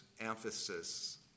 emphasis